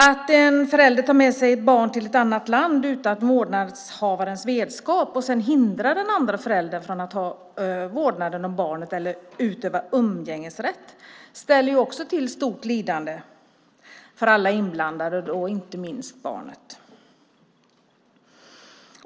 Att en förälder tar med sig ett barn till ett annat land utan vårdnadshavarens vetskap och sedan hindrar den andra föräldern från att ha vårdnaden om barnet eller utöva umgängesrätt orsakar också ett stort lidande för alla inblandade, inte minst för barnet.